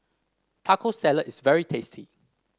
Taco Salad is very tasty